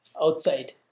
outside